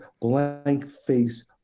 blank-face